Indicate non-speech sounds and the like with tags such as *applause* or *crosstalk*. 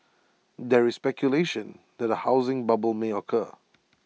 there is speculation that A housing bubble may occur *noise*